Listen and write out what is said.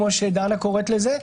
כמו שדנה קוראת לזה,